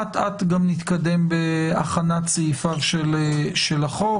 אט אט גם נתקדם בהכנת סעיפיו של החוק.